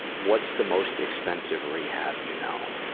what's the most expensive rehab you know?